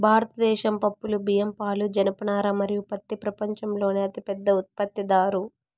భారతదేశం పప్పులు, బియ్యం, పాలు, జనపనార మరియు పత్తి ప్రపంచంలోనే అతిపెద్ద ఉత్పత్తిదారు